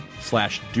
slash